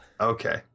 Okay